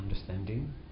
Understanding